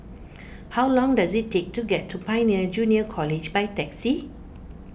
how long does it take to get to Pioneer Junior College by taxi